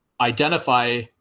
identify